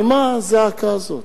על מה הזעקה הזאת?